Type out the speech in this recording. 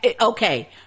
okay